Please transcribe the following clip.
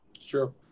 Sure